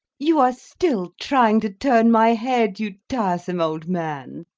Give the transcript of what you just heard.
you are still trying to turn my head, you tiresome old man.